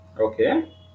Okay